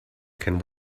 can